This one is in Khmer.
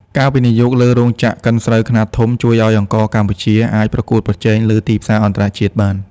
ការវិនិយោគលើរោងចក្រកិនស្រូវខ្នាតធំ ជួយឱ្យអង្ករកម្ពុជាអាចប្រកួតប្រជែងលើទីផ្សារអន្តរជាតិបាន។